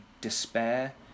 despair